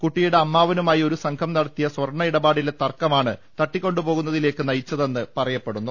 കുട്ടിയുടെ അമ്മാവനുമായി ഒരു സംഘം നടത്തിയ സ്വർണ്ണ ഇടപാടിലെ തർക്കമാണ് തട്ടി ക്കൊണ്ടു പോകുന്നതിലേക്ക് നയിച്ചതെന്ന് പറയപ്പെടുന്നു